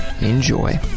Enjoy